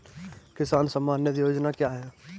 किसान सम्मान निधि योजना क्या है?